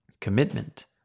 Commitment